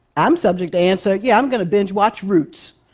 i'm subject to answer, yeah, i'm going to binge-watch roots.